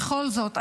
בכל זאת,